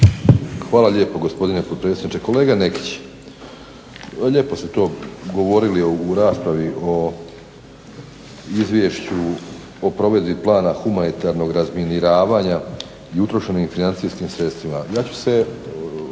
Hvala lijepo gospodine potpredsjedniče. Kolega Nekić, lijepo ste to govorili u raspravi o Izvješću o provedbi plana humanitarnog razminiravanja i utrošenim financijskim sredstvima.